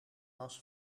was